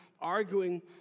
arguing